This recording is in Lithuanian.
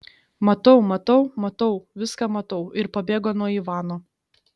matau matau matau viską matau ir pabėgo nuo ivano